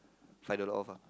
five dollar off ah